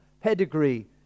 pedigree